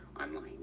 online